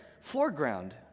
foreground